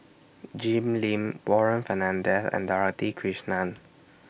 Jim Lim Warren Fernandez and Dorothy Krishnan